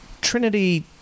Trinity